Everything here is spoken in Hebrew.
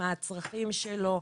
מה הצרכים שלו,